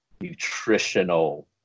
nutritional